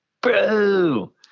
Bro